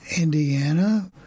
indiana